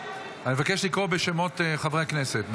אבקש לקרוא בשמות חברי הכנסת.